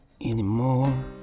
Anymore